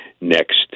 next